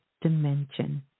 dimension